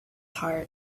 heart